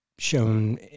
shown